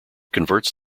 converts